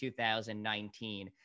2019